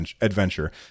Adventure